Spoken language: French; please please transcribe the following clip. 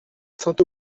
saint